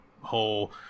whole